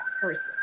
person